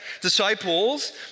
disciples